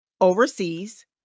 overseas